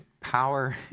power